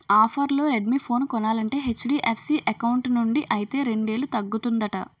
ఆఫర్లో Redmi phone కొనాలంటే HDFC account నుండి అయితే రెండేలు తగ్గుతుందట